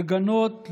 לגנות,